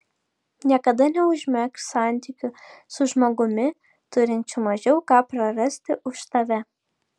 niekada neužmegzk santykių su žmogumi turinčiu mažiau ką prarasti už tave